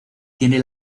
tiene